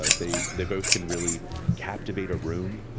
ah they they both can really captivate a room.